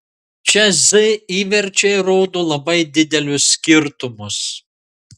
čia z įverčiai rodo labai didelius skirtumus